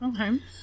okay